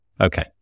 Okay